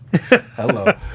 hello